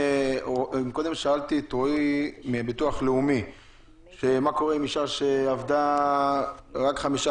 קודם שאלתי את רועי מהביטוח הלאומי מה קורה עם אישה שעבדה רק חמישה